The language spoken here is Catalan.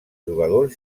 jugadors